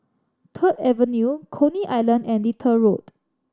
Third Avenue Coney Island and Little Road